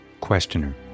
Questioner